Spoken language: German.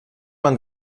man